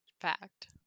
Fact